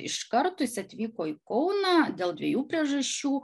iš karto jis atvyko į kauną dėl dviejų priežasčių